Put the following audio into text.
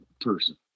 person